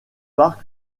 parc